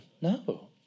No